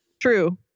True